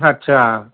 अच्छा